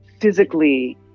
physically